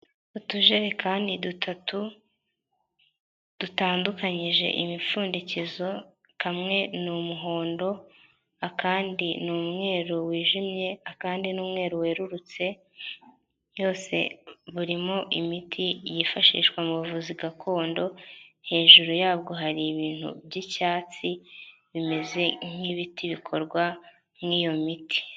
Utujerekani dutatu dutandukanyije imipfundikizo kamwe ni umuhondo, akandi ni umweru wijimye, akandi n'umweru werurutse burimo imiti yifashishwa mu buvuzi gakondo hejuru yabwo hari ibintu by'icyatsi bimeze nk'ibiti bikorwamo iyo miti.